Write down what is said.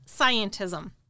scientism